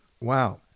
Wow